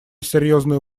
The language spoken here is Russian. серьезную